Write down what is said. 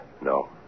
No